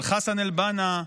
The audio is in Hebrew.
של חסן אל-בנא,